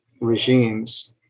regimes